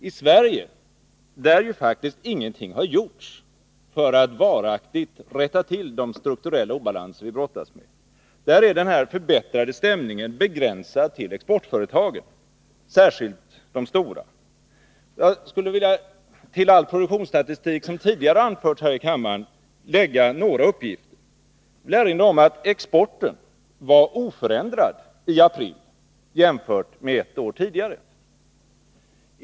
I Sverige lär ju faktiskt ingenting ha gjorts för att varaktigt rätta till de strukturella obalanser som vi brottas med. Här är den förbättrade stämningen begränsad till exportföretagen, särskilt de stora. Jag skulle till all produktionsstatistik som anförts tidigare här i kammaren vilja lägga några uppgifter. Jag vill erinra om att exporten var oförändrad i april jämfört med ett år tidigare.